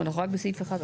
בסדר גמור.